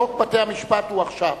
חוק בתי-המשפט יעלה עכשיו.